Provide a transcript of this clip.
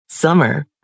Summer